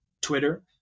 Twitter